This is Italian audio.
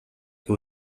che